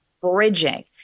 bridging